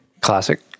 Classic